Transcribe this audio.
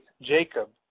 Jacob